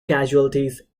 casualties